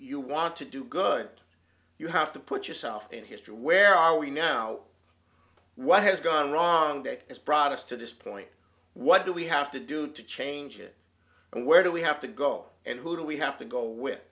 you want to do good you have to put yourself in history where are we now what has gone wrong that has brought us to this point what do we have to do to change it and where do we have to go and who do we have to go with